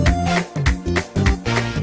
and then